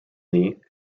knee